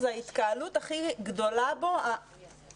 אולי זו ההתקהלות הכי גדולה בו הנחוצה,